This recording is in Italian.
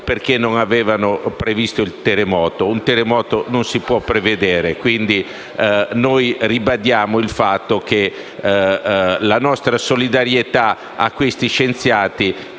perché non avevano previsto il terremoto: un terremoto non si può prevedere, quindi noi ribadiamo la nostra solidarietà a questi scienziati